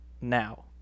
now